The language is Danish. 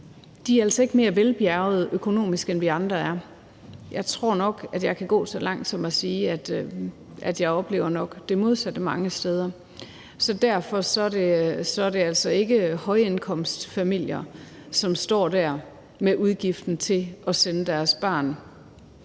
øboerne altså ikke er mere velbjærgede økonomisk, end vi andre er. Jeg tror nok, at jeg kan gå så langt som til at sige, at jeg nok mange steder oplever det modsatte, så derfor er det altså ikke højindkomstfamilier, som står der med udgiften til at betale til en